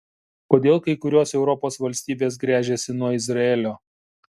kodėl kai kurios europos valstybės gręžiasi nuo izraelio